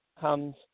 comes